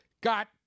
got